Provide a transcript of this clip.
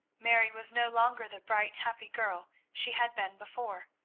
mary was no longer the bright happy girl she had been before.